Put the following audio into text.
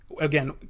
Again